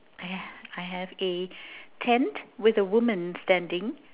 I I have a tent with a woman standing